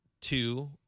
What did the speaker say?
two